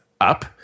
up